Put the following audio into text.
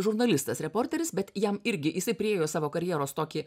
žurnalistas reporteris bet jam irgi jisai priėjo savo karjeros tokį